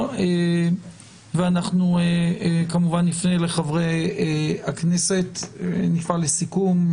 ואנחנו כמובן נפנה לחברי הכנסת ונחתור לסיכום.